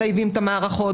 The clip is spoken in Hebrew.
מטייבים את המערכות,